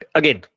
again